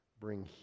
bring